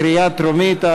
קריאה טרומית.